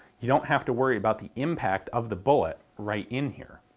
you don't have to worry about the impact of the bullet right in here.